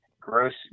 Gross